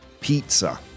pizza